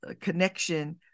Connection